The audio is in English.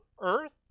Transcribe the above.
earth